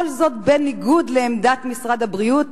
כל זאת בניגוד לעמדת משרד הבריאות,